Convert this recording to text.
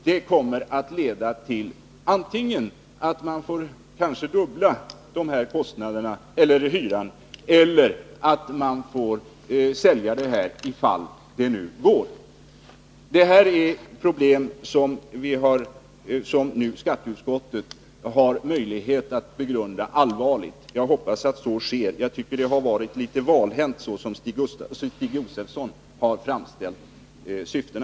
Det kommer att leda till antingen att man får kanske dubbla hyran eller att man får sälja, i fall det nu går. Det här är problem som skatteutskottet har möjlighet att begrunda allvarligt. Jag hoppas att så sker; jag tycker att det har varit litet valhänt så som Stig Josefson har framställt syftena.